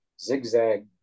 zigzag